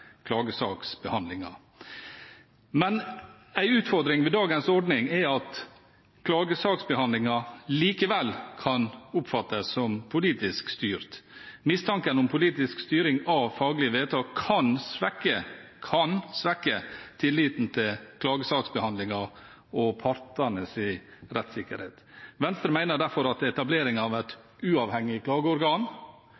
Men en utfordring ved dagens ordning er at klagesaksbehandlingen likevel kan oppfattes som politisk styrt. Mistanken om politisk styring av faglige vedtak kan svekke – kan svekke – tilliten til klagesaksbehandlingen og partenes rettsikkerhet. Venstre mener derfor at etableringen av et